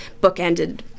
bookended